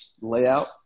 layout